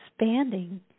expanding